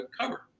cover